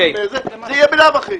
זה ממילא יהיה.